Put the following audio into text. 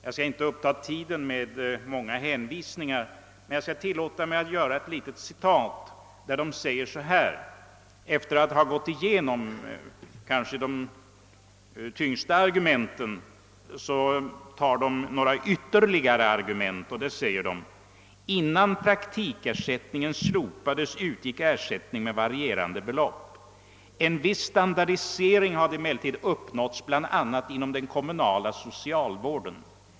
Jag skall inte uppta tiden med många hänvisningar, men jag tillåter mig att citera ett avsnitt där samarbetsnämnden, efter att ha gått igenom de måhända tyngst vägande argumenten, anför ytterligare några argument. Det heter: »Innan praktikersättningen slopades utgick ersättning med varierande belopp. En viss standardisering hade emellertid uppnåtts, bl.a. inom den kommunala socialvården.